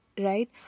right